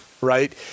right